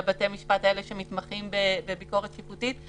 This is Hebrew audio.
לבתי המשפט שמתמחים בביקורת שיפוטית,